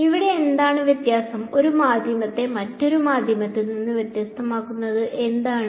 ഇവിടെ എന്താണ് വ്യത്യാസം ഒരു മാധ്യമത്തെ മറ്റൊരു മാധ്യമത്തിൽ നിന്ന് വ്യത്യസ്തമാക്കുന്നത് എന്താണ്